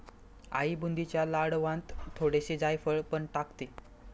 आई बुंदीच्या लाडवांत थोडेसे जायफळ पण टाकते